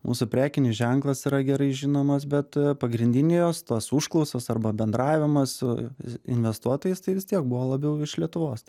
mūsų prekinis ženklas yra gerai žinomas bet pagrindinė jos tos užklausos arba bendravimas su investuotojais tai vis tiek buvo labiau iš lietuvos